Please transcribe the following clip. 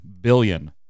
billion